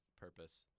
purpose